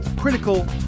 critical